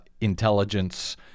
intelligence